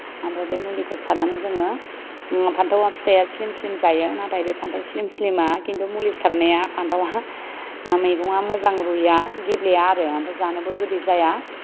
ओमफ्राय बे मुलिखौ सारनानै जोङो फान्थावा फिथाया स्लिम स्लिम जायो नाथाय बे फान्थाव स्लिम स्लिमा किन्तु मुलि सारनाया फान्थावा ओ मैगंआ मोजां रुया गेब्लेया आरो ओमफ्राय जानोबो गोदै जाया